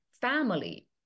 family